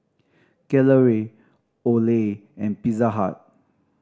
Gelare Olay and Pizza Hut